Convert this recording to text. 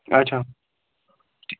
اچھا